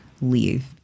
leave